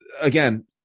again